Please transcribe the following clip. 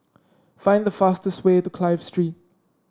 find the fastest way to Clive Street